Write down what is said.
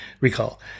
recall